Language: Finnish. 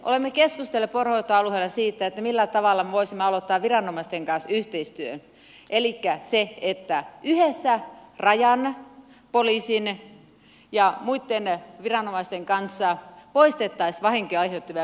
olemme keskustelleet poronhoitoalueella siitä millä tavalla me voisimme aloittaa viranomaisten kanssa yhteistyön elikkä sen että yhdessä rajan poliisin ja muitten viranomaisten kanssa poistettaisiin vahinkoja aiheuttavia petoeläimiä